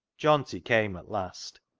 johnty came at last.